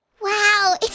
Wow